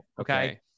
Okay